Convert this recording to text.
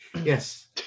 Yes